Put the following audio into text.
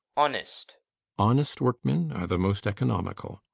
honest honest workmen are the most economical.